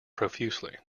profusely